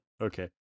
Okay